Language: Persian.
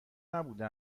نبوده